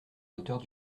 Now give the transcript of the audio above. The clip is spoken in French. hauteur